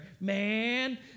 man